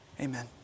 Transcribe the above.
Amen